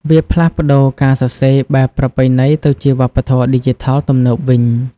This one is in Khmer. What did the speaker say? វាផ្លាស់ប្តូរការសរសេរបែបប្រពៃណីទៅជាវប្បធម៌ឌីជីថលទំនើបវិញ។